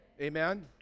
Amen